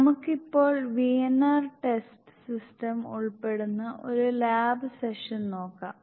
നമുക്ക് ഇപ്പോൾ VNR test system ഉൾപ്പെടുന്ന ഒരു ലാബ് സെഷൻ നോക്കാം